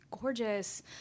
gorgeous